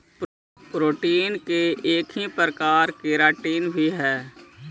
protein के ही एक प्रकार केराटिन भी हई